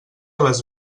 les